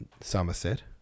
Somerset